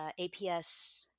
APS